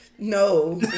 No